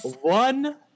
one